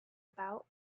about